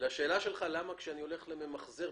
עולה לי כסף כשאני הולך לממחזר,